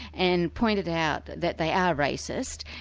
and pointed out that they are racist,